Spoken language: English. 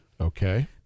Okay